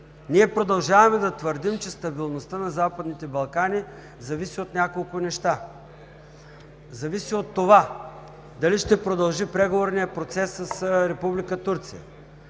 Ние продължаваме да твърдим, че стабилността на Западните Балкани зависи от няколко неща, зависи дали ще продължи преговорният процес с Република